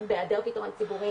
בהיעדר פתרון ציבורי